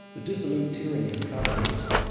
the dissolute tyranny of commodus,